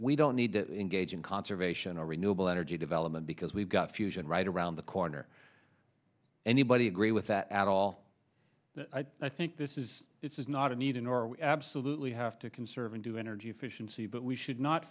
we don't need to engage in conservation or renewable energy development because we've got fusion right around the corner anybody agree with that at all i think this is this is not a meeting or we absolutely have to conserve and do energy efficiency but we should not